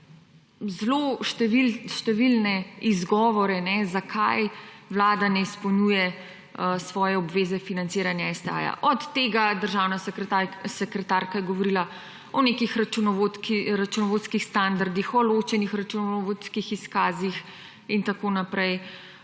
(nadaljevanje) zakaj Vlada ne izpolnjuje svoje obveze financiranja STA od tega državna sekretarka je govorila o nekih računovodskih standardih o ločenih računovodskih izkazih in tako naprej.